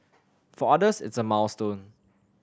for others it's a milestone